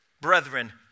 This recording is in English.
brethren